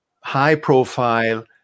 high-profile